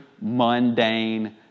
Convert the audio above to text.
mundane